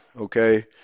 okay